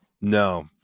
No